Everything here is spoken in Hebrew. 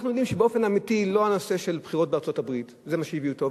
אנחנו יודעים שבאופן אמיתי לא הנושא של הבחירות בארצות-הברית הביא אותו,